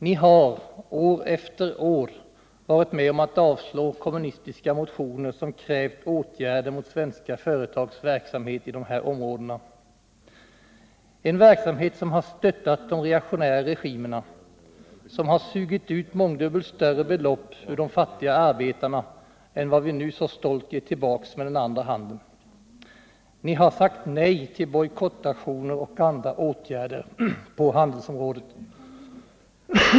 Ni har, år efter år, varit med om att avslå kommunistiska motioner som krävt åtgärder mot svenska företags verksamhet i de här områdena, en verksamhet som har stöttat de reaktionära regimerna, som har sugit ut mångdubbelt större belopp ur de fattiga arbetarna än vad vi nu så stolt ger tillbaka med den andra handen. Ni har sagt nej till bojkottaktioner och andra åtgärder på handelsområdet.